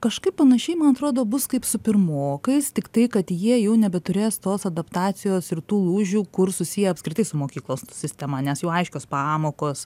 kažkaip panašiai man atrodo bus kaip su pirmokais tiktai kad jie jau nebeturės tos adaptacijos ir tų lūžių kur susiję apskritai su mokyklos sistema nes jų aiškios pamokos